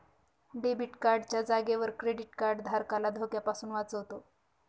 debit card च्या जागेवर credit card धारकाला धोक्यापासून वाचवतो